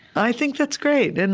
i think that's great. and